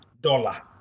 dollar